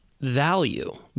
value